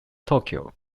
tokyo